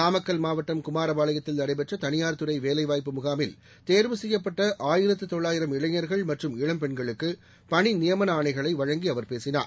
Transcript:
நாமக்கல் மாவட்டம் குமாரபாளையத்தில் நடைபெற்ற தனியார் துறை வேலை வாய்ப்பு முகாமில் தேர்வு செய்யப்பட்ட ஆயிரத்து தொள்ளாயிரம் இளைஞர்கள் மற்றும் இளம் பென்களுக்கு பணி நியமன ஆணைகளை வழங்கி அவர் பேசினார்